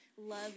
Love